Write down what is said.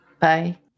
bye